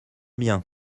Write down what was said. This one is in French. bien